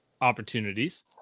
opportunities